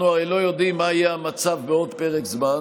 אנחנו הרי לא יודעים מה יהיה המצב בעוד פרק זמן,